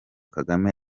kagame